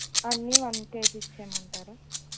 అన్ని one kg ఇచ్చేయమంటారా